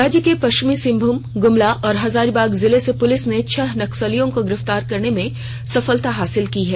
राज्य के पष्विमी सिंहभूम गुमला और हजारीबाग जिले से पुलिस ने छह नक्सलियों को गिरफ्तार करने में सफलता हासिल की है